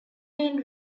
been